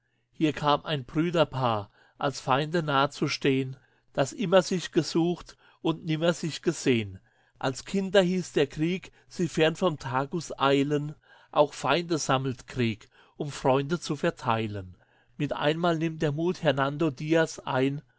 hier kam ein brüderpaar als feinde nah zu stehn das immer sich gesucht und nimmer sich gesehn als kinder hieß der krieg sie fern vom tague eilen auch feinde sammelt krieg um freunde zu verteilen mit einmal nimmt der mut hernando diaz ein